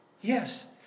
Yes